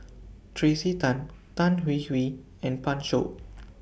Tracey Tan Tan Hwee Hwee and Pan Shou